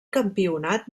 campionat